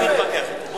נא לא להפריע לו.